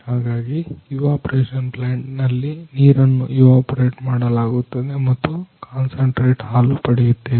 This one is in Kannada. ಹಾಗಾಗಿ ಇವಾಪರೇಷನ್ ಪ್ಲಾಂಟ್ ನಲ್ಲಿ ನೀರನ್ನು ಇವಾ ಪರೇಟ್ ಮಾಡಲಾಗುತ್ತದೆ ಮತ್ತು ಕಾನ್ಸಂಟ್ರೇಟ್ ಹಾಲು ಪಡೆಯುತ್ತೇವೆ